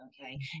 Okay